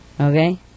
Okay